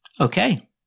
Okay